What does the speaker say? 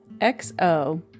XO